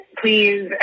Please